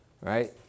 right